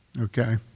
Okay